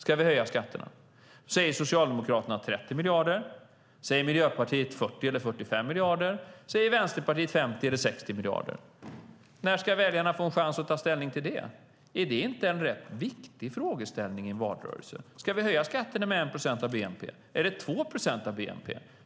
Ska Socialdemokraterna höja skatterna med 30 miljarder, Miljöpartiet med 40 eller 45 miljarder och Västerpartiet med 50 eller 60 miljarder? När ska väljarna få en chans att ta ställning till det? Är det inte en rätt viktig frågställning i en valrörelse om vi ska höja skatterna med 1 procent av bnp eller med 2 procent av bnp?